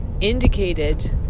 indicated